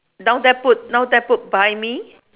down there put down there put buy me